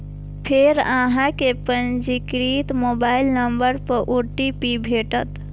फेर अहां कें पंजीकृत मोबाइल नंबर पर ओ.टी.पी भेटत